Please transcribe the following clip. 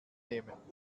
nehmen